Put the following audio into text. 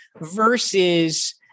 versus